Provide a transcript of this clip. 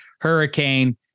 hurricane